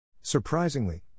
Surprisingly